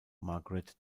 margaret